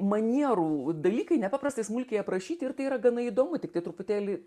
manierų dalykai nepaprastai smulkiai aprašyti ir tai yra gana įdomu tiktai truputėlį